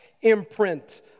imprint